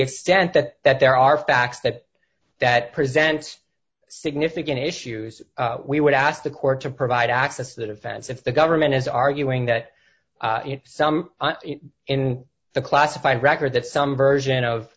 extent that that there are facts that that presents significant issues we would ask the court to provide access to the defense if the government is arguing that some in the classified record that some version of